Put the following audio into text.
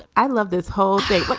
i love this whole thing. but